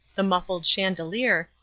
the muffled chandelier,